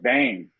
Bang